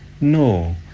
no